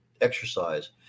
exercise